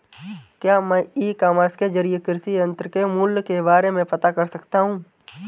क्या मैं e commerce के ज़रिए कृषि यंत्र के मूल्य के बारे में पता कर सकता हूँ?